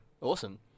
awesome